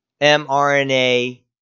mRNA